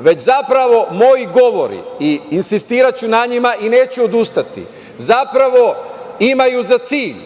već zapravo moji govori i insistiraću na njima i neću odustati, zapravo imaju za cilj